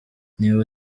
niba